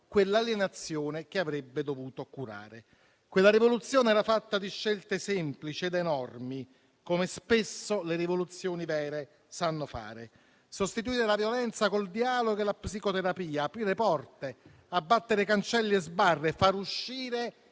quella alienazione che avrebbe dovuto curare. Quella rivoluzione era fatta di scelte semplici ed enormi, come spesso le rivoluzioni vere sanno fare: sostituire la violenza col dialogo e la psicoterapia, aprire porte, abbattere cancelli e sbarre, far uscire